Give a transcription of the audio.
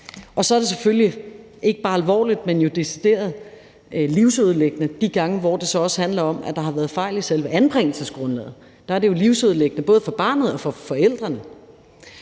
Og så er det jo ikke bare alvorligt, men jo decideret livsødelæggende de gange, hvor det også handler om, at der har været fejl i selve anbringelsesgrundlaget. Der er det jo livsødelæggende både for barnet og for forældrene.